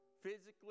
physically